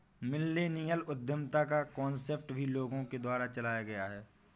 millennial उद्यमिता का concept भी लोगों के द्वारा चलाया गया है